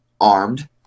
armed